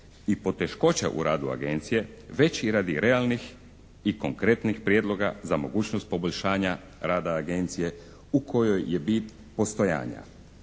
i poteškoća u radu Agencije već i radi realnih i konkretnih prijedloga za mogućnost poboljšanja rada Agencije u kojoj je bit postojanja